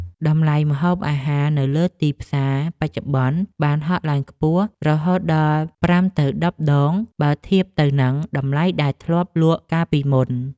តម្លៃម្ហូបអាហារនៅលើទីផ្សារបច្ចុប្បន្នបានហក់ឡើងខ្ពស់រហូតដល់ប្រាំទៅដប់ដងបើធៀបទៅនឹងតម្លៃដែលធ្លាប់លក់កាលពីមុន។